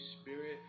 Spirit